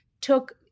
took